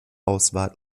auswahl